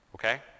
Okay